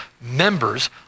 members